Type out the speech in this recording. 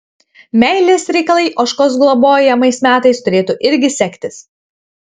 meilės reikalai ožkos globojamais metais turėtų irgi sektis